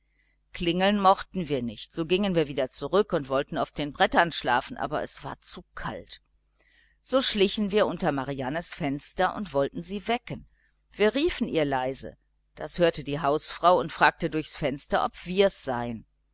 klingeln mochten wir nicht so gingen wir wieder zurück wollten auf den brettern schlafen aber es war zu kalt so schlichen wir unter mariannens fenster und wollten sie wecken wir riefen ihr leise das hörte die hausfrau und fragte durch's fenster ob wir's seien